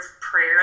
prayer